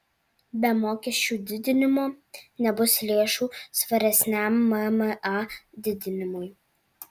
be mokesčių didinimo nebus lėšų svaresniam mma didinimui